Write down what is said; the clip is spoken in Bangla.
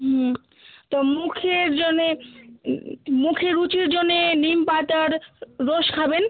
হুম তো মুখের জন্যে মুখে রুচির জন্যে নিমপাতার রস খাবেন